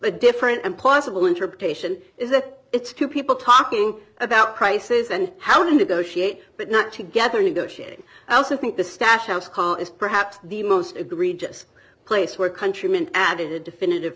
a different and possible interpretation is that it's two people talking about prices and how to negotiate but not together negotiating i also think the stash house car is perhaps the most egregious place where countryman added a definitive